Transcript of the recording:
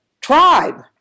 tribe